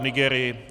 Děkuji.